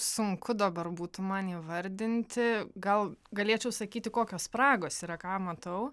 sunku dabar būtų man įvardinti gal galėčiau sakyti kokios spragos yra ką matau